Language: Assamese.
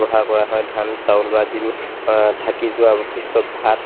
ব্যৱহাৰ কৰা হয় ধান চাউল বা যিবোৰ থাকি যোৱা অৱশিষ্ট ভাত